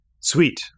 Sweet